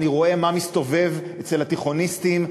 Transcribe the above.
אני רואה מה מסתובב אצל התיכוניסטים,